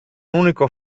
unico